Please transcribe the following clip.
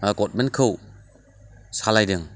गभर्नमेन्टखौ सालायदों